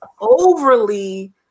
overly